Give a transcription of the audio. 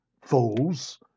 Fools